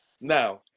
Now